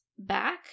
Back